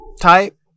type